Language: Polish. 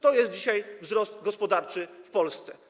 To jest dzisiaj wzrost gospodarczy w Polsce.